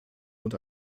und